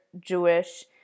Jewish